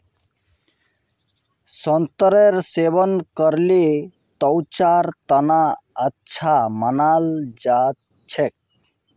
संतरेर सेवन करले त्वचार तना अच्छा मानाल जा छेक